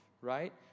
right